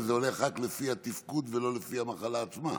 וזה הולך רק לפי התפקוד ולא לפי המחלה עצמה.